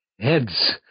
heads